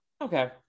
Okay